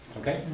Okay